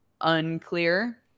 unclear